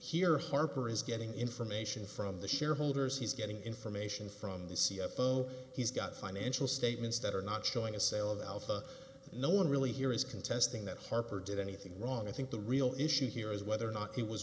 here harper is getting information from the shareholders he's getting information from the c f o he's got financial statements that are not showing a sale of alpha no one really here is contesting that harper did anything wrong i think the real issue here is whether or not he was